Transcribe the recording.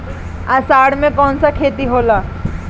अषाढ़ मे कौन सा खेती होला?